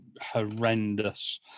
horrendous